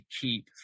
keep